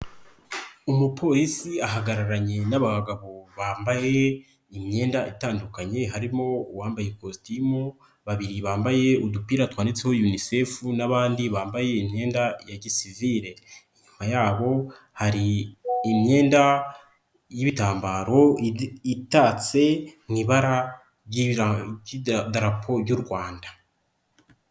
Umupolisi ahagararanye n'abagabo bambaye imyenda itandukanye, harimo uwambaye ikositimu, babiri bambaye udupira twanditseho uunisefu n'abandi bambaye imyenda ya gisiviri, inyuma yabo hari imyenda y'ibitambaro itatse mu ibara ry'idarapo ry'u Rwanda.